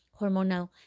hormonal